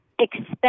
expect